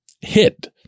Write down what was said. hit